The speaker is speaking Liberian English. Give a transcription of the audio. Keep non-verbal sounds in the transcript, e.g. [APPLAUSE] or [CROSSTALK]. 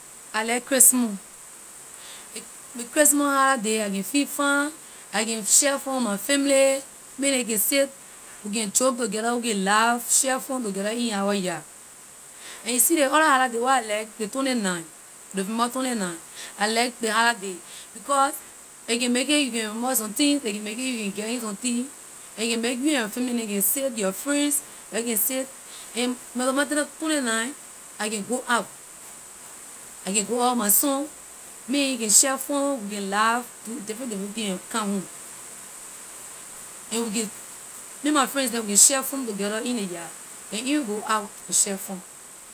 I like christmas le- ley christmas holiday I can feel fine I can share fun with my family me and neh can sit we can joke together we can laugh share fun together in our yard and you see ley other holiday where I like ley twenty- nine november twenty- nine I like ley holiday day because a can make it you can remember somethings a can make it you can get in somethings a can make you and your family neh can sit your friends your can sit and [UNINTELLIGIBLE] twenty- nine I can go out I can go out with my son me and he can share fun we can laugh we can do different different thing and come home and we can me and my friends neh we share fun together in ley yard we can even go out and share fun.